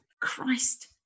Christ